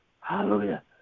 Hallelujah